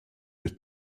your